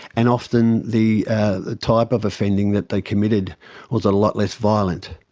and often the ah type of offending that they committed was a lot less violent.